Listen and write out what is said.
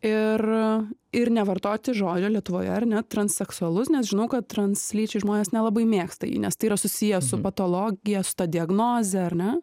ir ir nevartoti žodžio lietuvoje ar ne transseksualus nes žinau kad translyčiai žmonės nelabai mėgsta jį nes tai yra susiję su patologija su ta diagnoze ar ne